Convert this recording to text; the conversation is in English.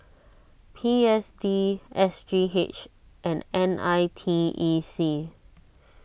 P S D S G H and N I T E C